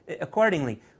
accordingly